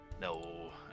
No